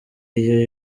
iyo